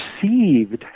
perceived